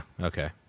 Okay